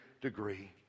degree